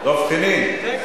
הכנסת דב חנין, מאשר לי?